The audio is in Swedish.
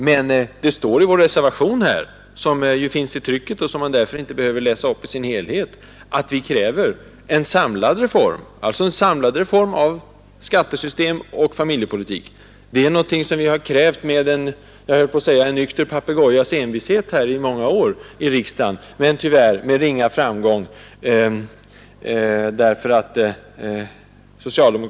Och det står i vår reservation — som finns i riksdagstrycket och som jag därför inte behöver läsa upp i dess helhet — att vi kräver en samlad familjepolitisk reform, alltså en samlad reform av skattesystem och familjepolitik. Det är någonting som vi har krävt med låt mig säga en nykter papegojas envishet under många år i riksdagen, men tyvärr med ringa framgång.